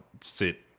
sit